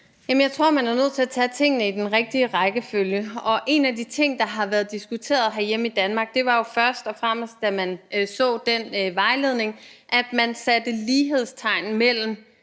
jeg tror, at man er nødt til at tage tingene i den rigtige rækkefølge, og en af de ting, der har været diskuteret herhjemme i Danmark, har jo først og fremmest været, at da man så den vejledning, satte man lighedstegn mellem